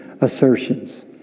assertions